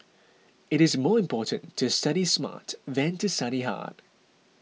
it is more important to study smart than to study hard